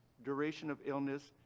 duration of illness,